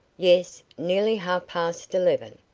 yes, nearly half-past eleven.